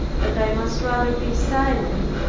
that i must rather be silent,